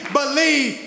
believe